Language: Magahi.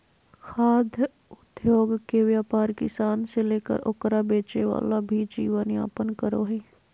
खाद्य उद्योगके व्यापार किसान से लेकर ओकरा बेचे वाला भी जीवन यापन करो हइ